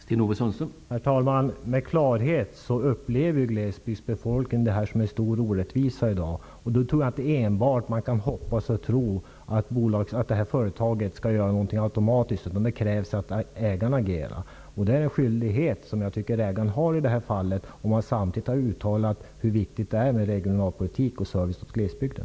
Herr talman! Det är helt klart att glesbygdsbefolkningen upplever det här som en stor orättvisa. Jag tror inte att man enbart kan hoppas och tro att det här företaget skall göra någonting automatiskt, utan det krävs att ägaren agerar. Det är en skyldighet som jag tycker att ägaren har i det här fallet, eftersom man har uttalat hur viktigt det är med regionalpolitik och service åt glesbygden.